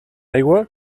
aigua